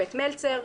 השופט מלצר,